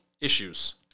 issues